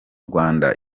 rwanda